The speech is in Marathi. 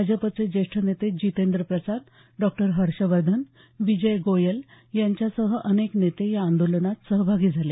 भाजपचे ज्येष्ठ नेते जीतेंद्र प्रसाद डॉ हर्षवर्धन विजय गोयल यांच्यासह अनेक नेते या आंदोलनात सहभागी झाले